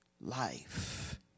Life